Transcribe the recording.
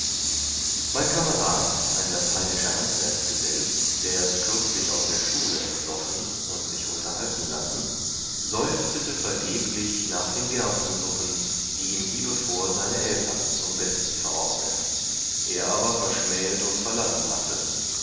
mein kamerad ein lateinischer handwerksgesell der erst kürzlich aus der schule entloffen und sich unterhalten lassen seufzete vergeblich nach den gerstensuppen die ihm hiebevor seine eltern zum besten verordnet er aber verschmähet und verlassen hatte